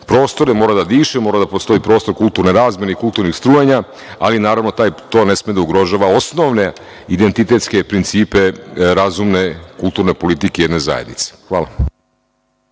prostore, mora da diše, mora da postoji prostor kulturne razmene i kulturnih strujanja, ali naravno, to ne sme da ugrožava osnovne identitetske principe razumne kulturne politike jedne zajednice. Hvala.